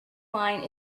line